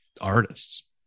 artists